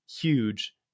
huge